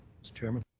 chairman.